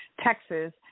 Texas